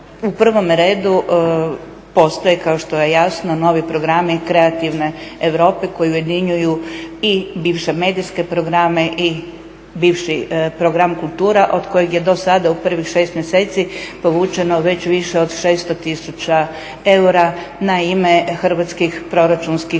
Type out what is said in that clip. U prvome redu postoje kao što je jasno novi programi, kreativne Europe koju ujedinjuju i bivše medijske programe i bivši program kultura od kojeg je do sada u prvih 6 mjeseci povućeno već više od 600 tisuća eura na ime Hrvatskih proračunskih